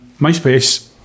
MySpace